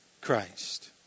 Christ